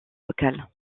locales